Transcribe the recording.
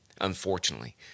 unfortunately